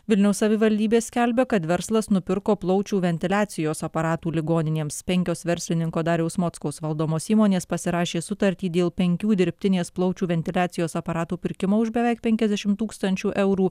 vilniaus savivaldybė skelbia kad verslas nupirko plaučių ventiliacijos aparatų ligoninėms penkios verslininko dariaus mockaus valdomos įmonės pasirašė sutartį dėl penkių dirbtinės plaučių ventiliacijos aparatų pirkimo už beveik penkiasdešim tūkstančių eurų